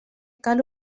cal